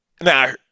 now